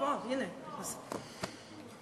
אני פה, אדוני היושב-ראש.